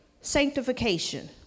sanctification